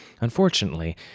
Unfortunately